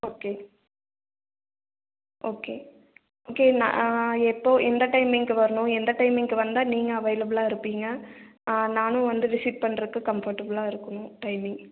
okay okay okay நா எப்போ எந்த டைமிங்க்கு வரணும் எந்த டைமிங்க்கு வந்தா நீங்கள் அவைலபுளாக இருப்பீங்க நானும் வந்து விசிட் பண்ணுறதுக்கு கம்ஃபர்டபுளாக இருக்கணும் டைம்மிங்